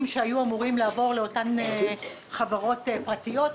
שהיו אמורים לעבור לאותן חברות פרטיות,